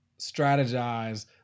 strategize